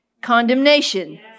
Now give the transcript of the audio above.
condemnation